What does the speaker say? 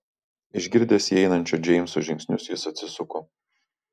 išgirdęs įeinančio džeimso žingsnius jis atsisuko